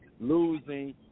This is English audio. losing